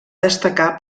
destacar